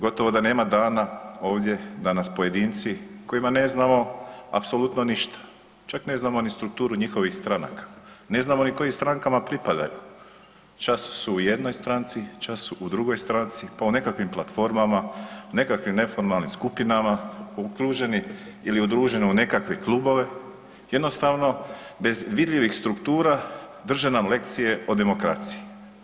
Gotovo da nema dana ovdje da nas pojedinci o kojima ne znamo apsolutno ništa, čak ne znamo ni strukturu njihovih stranaka, ne znamo ni kojim strankama pripadaju, čas su u jednoj stranci, čas su u drugoj stranci, pa u nekakvim platformama, nekakvim neformalnim skupinama, okruženi ili udruženi u nekakve klubove, jednostavno, bez vidljivih struktura, drže nam lekcije o demokraciji.